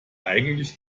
eigentlich